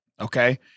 Okay